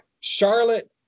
Charlotte